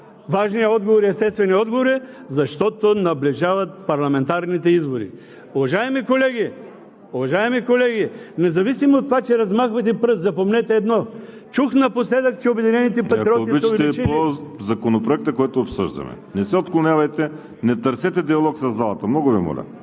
Важният отговор, естественият отговор е, защото наближават парламентарните избори. Уважаеми колеги, независимо от това, че размахвате пръст, запомнете едно, чух напоследък, че „Обединени патриоти“ са увеличили… ПРЕДСЕДАТЕЛ ВАЛЕРИ СИМЕОНОВ: Ако обичате, по Законопроекта, който обсъждаме. Не се отклонявайте, не търсете диалог със залата, много Ви моля!